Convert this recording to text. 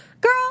Girl